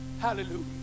Hallelujah